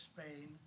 Spain